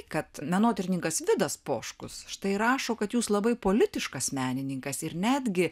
kad menotyrininkas vidas poškus štai rašo kad jūs labai politiškas menininkas ir netgi